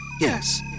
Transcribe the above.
Yes